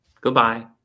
Goodbye